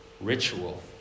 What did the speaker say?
ritual